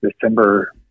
December